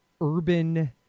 urban